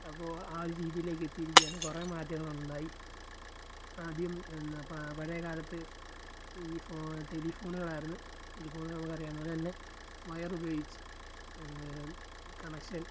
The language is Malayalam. അപ്പോൾ ആ ഒരു രീതിയിലേക്ക് എത്തിയിരിക്കയാണ് കുറെ മാറ്റങ്ങളുണ്ടായി ആദ്യം എന്ന പ പഴയകാലത്ത് ഈ ഫോ ടെലിഫോണുകളായിരുന്നു ടെലിഫോൺ നമുക്ക് അറിയാവുന്ന പോലെ തന്നെ വയർ ഉപയോഗിച്ച് കണക്ഷൻ